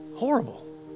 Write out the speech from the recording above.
horrible